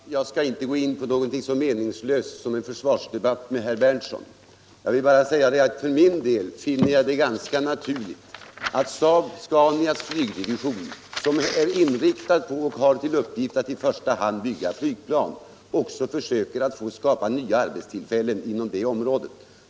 Herr talman! Jag skall inte gå in på någonting så meningslöst som Onsdagen den en försvarsdebatt med herr Berndtson. Jag vill bara säga att jag för min 18 februari 1976 del finner det ganska naturligt att SAAB-SCANIA:s flygdivision, som I är inriktad på och har till uppgift att i första hand bygga flygplan, också Överensstämmelse försöker skapa nya arbetstillfällen inom det området.